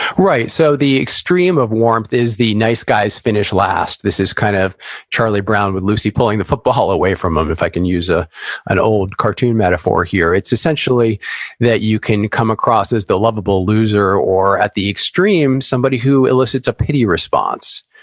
right. so, the extreme of warmth is, the nice guys finish last. this is kind of charlie brown with lucy pulling the football away from him, if i can use ah an old cartoon metaphor here. it's essentially that you can come up cross as the lovable loser, or, at the extreme, somebody who elicits a pity response.